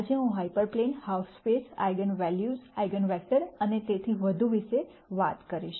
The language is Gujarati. આજે હું hyperplane half space eigen values eigen vector અને તેથી વધુ વિશે વાત કરીશ